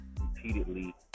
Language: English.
repeatedly